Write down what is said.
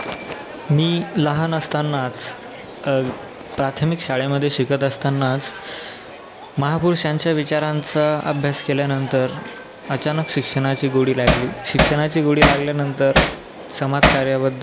मी लहान असतानाच प्राथमिक शाळेमध्ये शिकत असतानाच महापुरुषांच्या विचारांचा अभ्यास केल्यानंतर अचानक शिक्षणाची गोडी लागली शिक्षणाची गोडी लागल्यानंतर समाजकार्याबद्दल